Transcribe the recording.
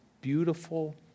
beautiful